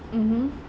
mmhmm